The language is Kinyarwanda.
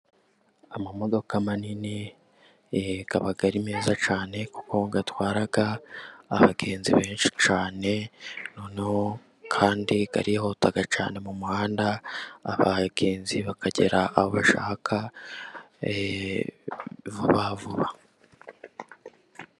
Amamodoka manini aheka aba ari meza cyane kuko atwara abagenzi benshi cyane noneho kandi arihuta cyane mu muhanda abagenzi bakagera aho bashaka vuba vuba.